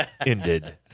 ended